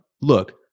Look